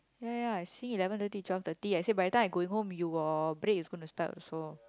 ya ya I say eleven thirty to twelve thirty I say by the time I'm going home your break is gonna start also